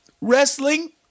wrestling